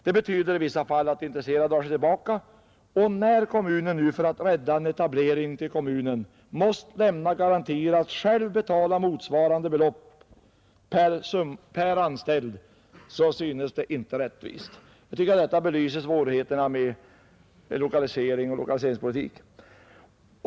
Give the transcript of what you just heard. Det betyder i vissa fall att intresserade företag drar sig tillbaka, och när kommunen nu för att rädda en etablering till kommunen måste lämna garantier för att den själv betalar motsvarande belopp per anställd synes det inte rättvist. Jag tycker att detta belyser svårigheterna med lokaliseringspolitik.